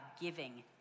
giving